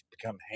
become